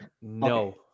No